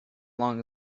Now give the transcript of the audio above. long